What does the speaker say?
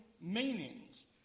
meanings